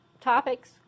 topics